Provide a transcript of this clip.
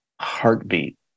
heartbeat